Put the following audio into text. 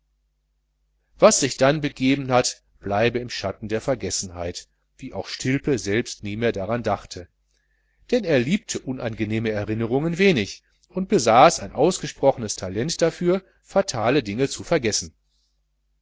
was sich dann begeben hat bleibe im schatten der vergessenheit wie auch stilpe selbst nie mehr daran dachte denn er liebte unangenehme erinnerungen wenig und besaß ein ausgesprochenes talent dafür fatale dinge zu vergessen